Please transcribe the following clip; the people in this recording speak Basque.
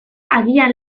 agian